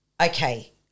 okay